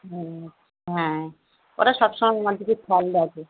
হুম হ্যাঁ ওরা সবসময় আমার দিকে খেয়াল রাখে